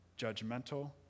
judgmental